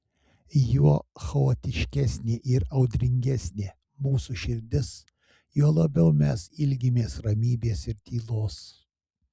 juo chaotiškesnė ir audringesnė mūsų širdis juo labiau mes ilgimės ramybės ir tylos